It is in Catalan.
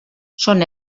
són